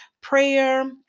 prayer